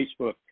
Facebook